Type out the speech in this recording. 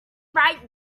right